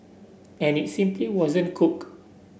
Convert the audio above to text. and it simply wasn't cooked